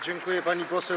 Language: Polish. Dziękuję, pani poseł.